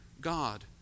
God